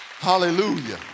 hallelujah